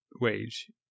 wage